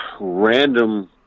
random